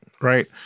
right